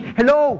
Hello